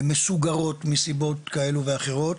מסוגרות מסיבות כאלו ואחרות,